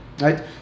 Right